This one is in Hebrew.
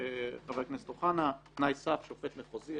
חבר הכנסת אוחנה תנאי סף של שופט מחוזי.